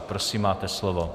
Prosím, máte slovo.